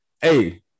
hey